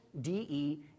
de